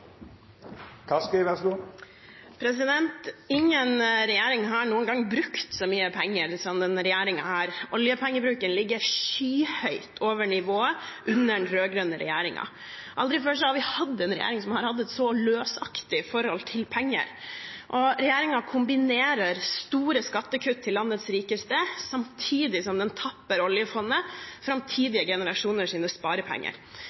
Kaski – til oppfølgingsspørsmål. Ingen regjering har noen gang brukt så mye penger som denne. Oljepengebruken ligger skyhøyt over nivået under den rød-grønne regjeringen. Aldri før har vi hatt en regjering som har hatt et så løsaktig forhold til penger. Regjeringen kombinerer store skattekutt til landets rikeste med samtidig å tappe oljefondet, framtidige generasjoners sparepenger.